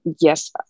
Yes